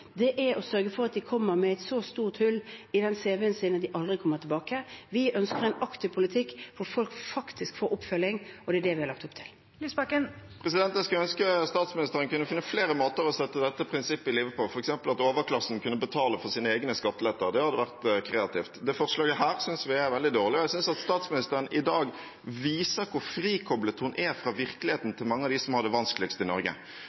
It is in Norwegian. er å sørge for at de kommer med et så stort hull i cv-en sin at de aldri kommer tilbake. Vi ønsker en aktiv politikk hvor folk faktisk får oppfølging, og det er det vi har lagt opp til. Jeg skulle ønske statsministeren kunne finne flere måter å sette dette prinsippet ut i livet på, f.eks. at overklassen kunne betale for sine egne skatteletter. Det hadde vært kreativt. Dette forslaget synes vi er veldig dårlig, og jeg synes statsministeren i dag viser hvor frikoblet hun er fra virkeligheten til mange av dem som har det vanskeligst i Norge.